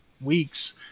weeks